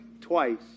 twice